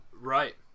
Right